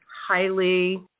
highly